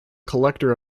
collector